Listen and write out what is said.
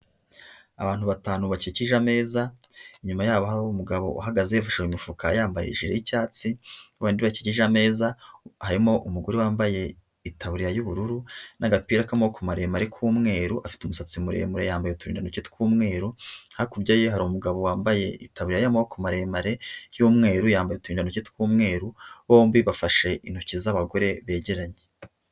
Abantu batanu bakikije ameza, inyuma ya aho umugabo uhagaze yifasheshi mu imifuka yambaye i hejuru y'icyatsi, abandi bakikije ameza harimo umugore wambaye itaburiya y'ubururu n'agapira'amaboko maremare k'umweru afite umusatsi muremure yambaye uturintoke tw'umweru hakurya ye hari umugabo wambaye ikatabu y'amamoboko maremare y'umweru yambaye uturinda ntoki tw'umweru bombi bafashe intoki z'abagore begeranye.